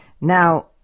Now